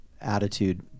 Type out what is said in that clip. attitude